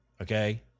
Okay